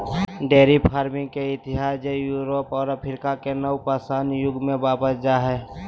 dairy farming के इतिहास जे यूरोप और अफ्रीका के नवपाषाण युग में वापस जा हइ